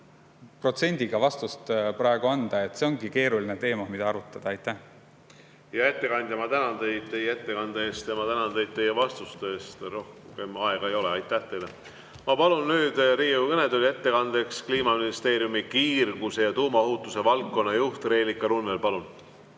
protsendiga vastust praegu anda. See ongi keeruline teema, mida tuleb arutada. Hea ettekandja, ma tänan teid teie ettekande eest ja ma tänan teid teie vastuste eest. Rohkem aega ei ole. Aitäh teile! Ma palun nüüd Riigikogu kõnetooli ettekandeks Kliimaministeeriumi kiirguse ja tuumaohutuse valdkonna juhi Reelika Runneli. Palun!